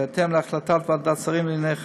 ובהתאם להחלטת ועדת שרים לענייני חקיקה,